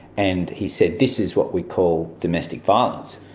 and he said, this is what we call domestic violence.